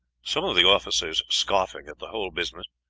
some of the officers scoffing at the whole business,